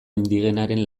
indigenaren